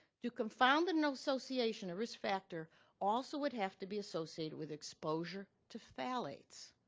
to confound the no association, a risk factor also would have to be associated with exposure to phthalates.